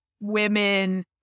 women